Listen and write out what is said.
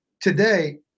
today